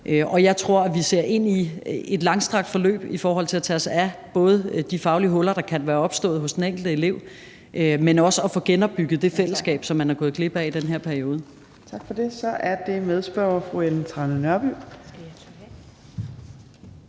Jeg tror, at vi ser ind i et langstrakt forløb i forhold til at tage os af både de faglige huller, der kan være opstået hos den enkelte elev, men også at få genopbygget det fællesskab, som de er gået glip af i den her periode. Kl. 15:53 Fjerde næstformand (Trine Torp):